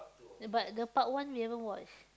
but the part one we haven't watch